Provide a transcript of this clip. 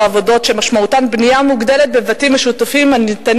עבודות שמשמעותן בנייה מוגדלת בבתים משותפים הניתנת